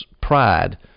pride